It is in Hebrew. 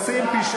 כל כך לא מבוסס.